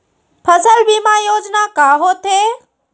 फसल बीमा योजना का होथे?